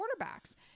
quarterbacks